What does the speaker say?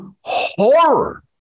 horror